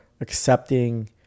accepting